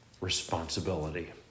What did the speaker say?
responsibility